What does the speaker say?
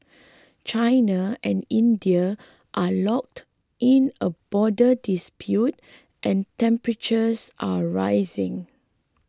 China and India are locked in a border dispute and temperatures are rising